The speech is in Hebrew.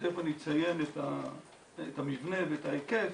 ותיכף אני אציין את המבנה ואת ההיקף,